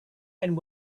and